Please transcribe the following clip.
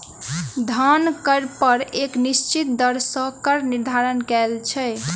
धन कर पर एक निश्चित दर सॅ कर निर्धारण कयल छै